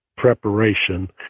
preparation